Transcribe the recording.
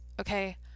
Okay